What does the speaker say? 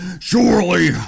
Surely